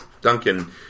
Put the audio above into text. Duncan